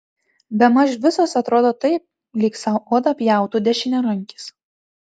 bemaž visos atrodo taip lyg sau odą pjautų dešiniarankis